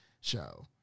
show